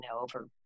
over